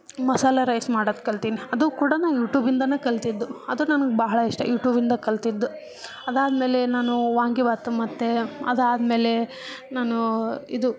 ಮಸಾಲೆ ರೈಸ್ ಮಾಡೋದು ಕಲಿತೀನಿ ಅದೂ ಕೂಡ ನಾನು ಯೂಟೂಬಿಂದಲೇ ಕಲಿತಿದ್ದು ಅದು ನನಗೆ ಬಹಳ ಇಷ್ಟ ಯೂಟೂಬಿಂದ ಕಲಿತಿದ್ದು ಅದಾದ್ಮೇಲೆ ನಾನು ವಾಂಗಿಬಾತು ಮತ್ತೆ ಅದಾದ್ಮೇಲೆ ನಾನು ಇದು